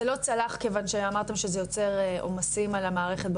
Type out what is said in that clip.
זה לא צלח כיוון שאמרתם שזה יוצר עומסים על המערכת,